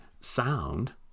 sound